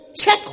check